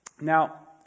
now